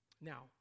Now